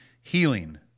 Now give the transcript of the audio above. healing